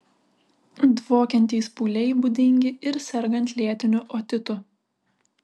dvokiantys pūliai būdingi ir sergant lėtiniu otitu